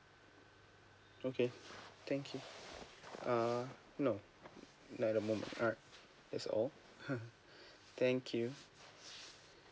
okay thank you uh no no at the moment alright that's all thank you